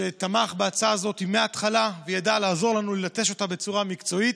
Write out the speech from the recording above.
שתמך בהצעה הזאת מההתחלה וידע לעזור לנו ללטש אותה בצורה מקצועית.